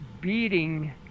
beating